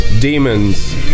demons